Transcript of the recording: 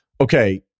Okay